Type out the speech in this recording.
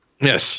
Yes